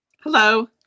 hello